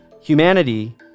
humanity